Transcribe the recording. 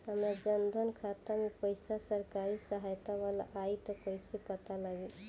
हमार जन धन खाता मे पईसा सरकारी सहायता वाला आई त कइसे पता लागी?